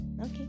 Okay